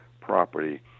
property